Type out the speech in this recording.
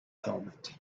filament